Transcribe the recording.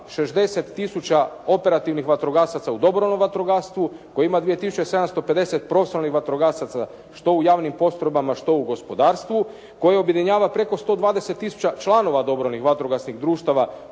tisuća operativnih vatrogasaca u dobrovoljnom vatrogastvu, koje ima 2750 profesionalnih vatrogasaca što u javnim postrojbama, što u gospodarstvu koje objedinjava preko 120 tisuća članova dobrovoljnih vatrogasnih društava